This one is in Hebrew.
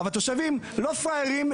אבל תושבים לא פראיירים.